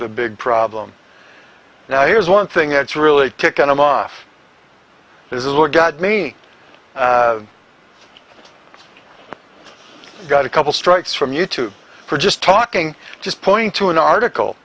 the big problem now here's one thing that's really taken him off this is what got me i got a couple strikes from you tube for just talking just point to an article